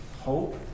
hope